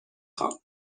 خوام